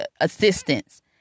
assistance